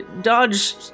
dodge